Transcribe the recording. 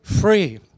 Free